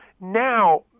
Now